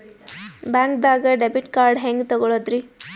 ಬ್ಯಾಂಕ್ದಾಗ debit card ಹೆಂಗ್ ತಗೊಳದ್ರಿ?